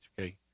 okay